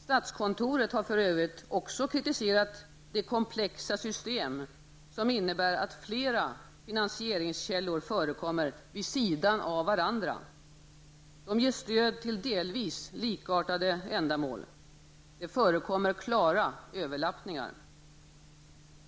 Statskontoret har för övrigt också kritiserat det komplexa system som innebär att flera finansieringskällor förekommer vid sidan av varandra. De ger stöd till delvis likartade ändamål. Det förekommer klara överlappningar.